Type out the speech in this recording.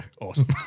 Awesome